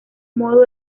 modo